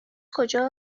کجا